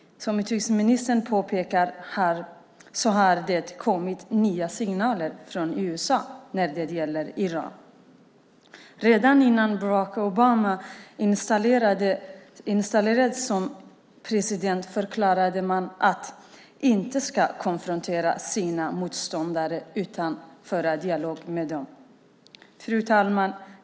Som utrikesministern påpekar har det kommit nya signaler från USA när det gäller Iran. Redan innan Barack Obama installerats som president förklarade man att man inte ska konfrontera sina motståndare utan föra dialog med dem. Fru talman!